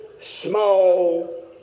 small